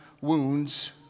wounds